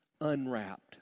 Unwrapped